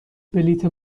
بلیط